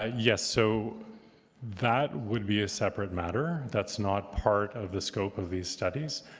ah yes. so that would be a separate matter. that's not part of the scope of these studies.